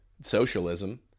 socialism